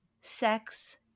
sex